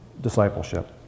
discipleship